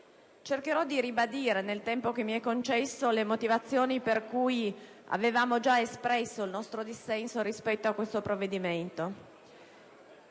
Cercherò di ribadire, nel tempo che mi è stato concesso, le motivazioni per cui avevamo già espresso il nostro dissenso rispetto a tale provvedimento.